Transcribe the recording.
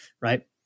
right